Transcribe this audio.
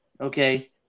okay